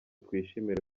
twishimire